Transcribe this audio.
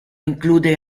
include